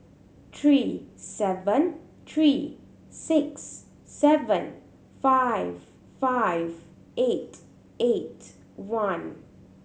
three seven three six seven five five eight eight one